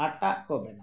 ᱦᱟᱴᱟᱜ ᱠᱚ ᱵᱮᱱᱟᱣᱟ